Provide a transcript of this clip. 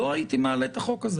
לא הייתי מעלה את החוק הזה